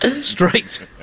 straight